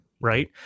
Right